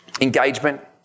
engagement